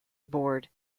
board